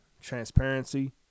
transparency